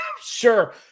Sure